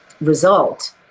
result